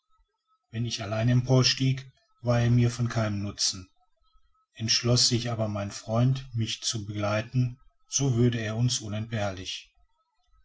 wenn ich allein empor stieg war er mir von keinem nutzen entschloß sich aber mein freund mich zu begleiten so wurde er uns unentbehrlich